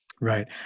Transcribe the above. Right